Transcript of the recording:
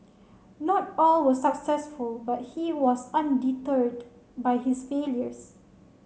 not all were successful but he was undeterred by his failures